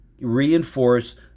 reinforce